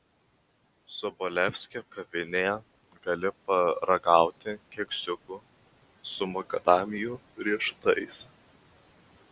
sobolevskio kavinėje gali paragauti keksiukų su makadamijų riešutais